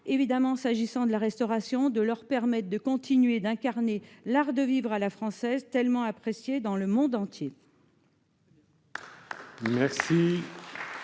et, s'agissant du secteur de la restauration, de leur permettre de continuer d'incarner l'art de vivre à la française, tellement apprécié dans le monde entier..